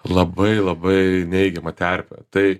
labai labai neigiamą terpę tai